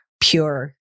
pure